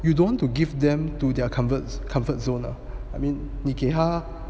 you don't want to give them to their comfort comfort zone lah I mean okay 你给他